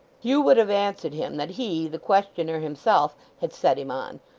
hugh would have answered him that he, the questioner himself had set him on,